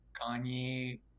Kanye